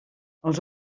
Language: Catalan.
els